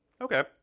Okay